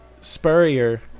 Spurrier